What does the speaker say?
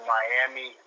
Miami